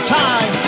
time